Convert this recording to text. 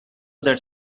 that